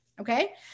Okay